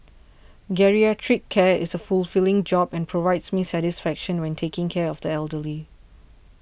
geriatric care is a fulfilling job and provides me satisfaction when taking care of the elderly